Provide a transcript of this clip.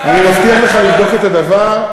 אני מבטיח לך לבדוק את הדבר.